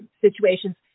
situations